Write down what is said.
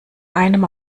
einem